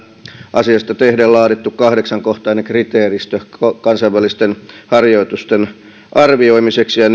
asiasta laadittu kahdeksankohtainen kriteeristö kansainvälisten harjoitusten arvioimiseksi ja